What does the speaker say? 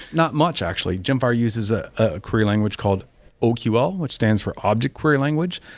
not much actually. gemfire uses a ah query language called oql, which stands for object query language.